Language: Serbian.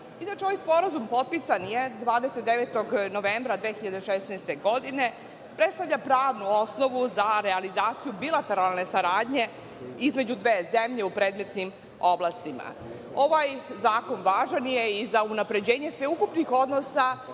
Inače, ovaj sporazum je potpisan 29. novembra 2016. godine i predstavlja pravnu osnovu za realizaciju bilateralne saradnje između dve zemlje u predmetnim oblastima. Ovaj zakon je važan i za unapređenje sveukupnih odnosa